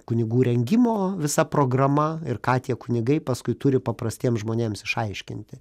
kunigų rengimo visa programa ir ką tie kunigai paskui turi paprastiems žmonėms išaiškinti